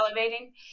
elevating